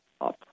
up